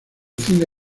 cine